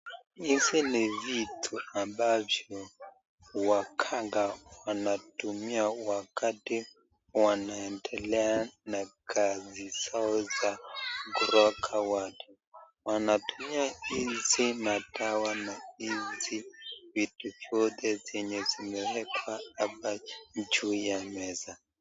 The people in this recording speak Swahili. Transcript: Hizi ni vitu ambavyo wakanga wanatumia wakati wanaendelea na kazi zao za kugonga guard . Wanatumia hizi madawa na hizi vitu vyote zenye zimewekwa hapa juu ya meza.